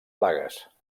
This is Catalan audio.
plagues